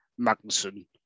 Magnussen